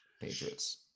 Patriots